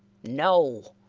no!